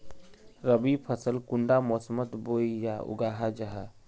रवि फसल कुंडा मोसमोत बोई या उगाहा जाहा?